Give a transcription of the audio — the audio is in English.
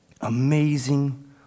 amazing